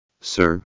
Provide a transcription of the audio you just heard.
sir